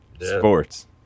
Sports